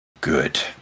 good